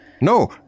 No